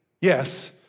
yes